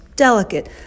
delicate